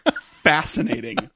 fascinating